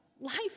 Life